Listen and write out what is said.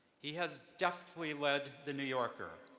he has deftly led the new yorker,